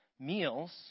meals